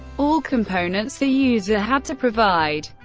all components the user had to provide.